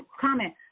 comment